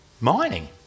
mining